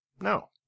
No